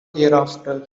hereafter